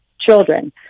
children